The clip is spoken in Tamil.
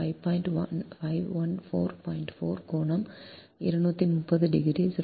4 கோணம் 230 டிகிரி 0